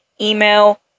email